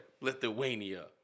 Lithuania